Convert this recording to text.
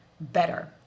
better